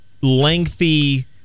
lengthy